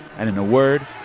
and, in a word,